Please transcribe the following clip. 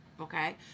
Okay